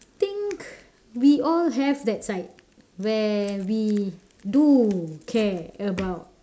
think we all have that side where we do care about